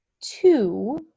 two